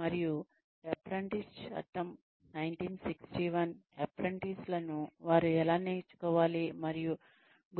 మరియు అప్రెంటిస్ చట్టం 1961 అప్రెంటిస్లను వారు ఎలా నేర్చుకోవాలి మరియు